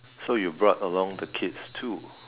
so you brought along the kids too